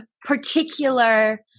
particular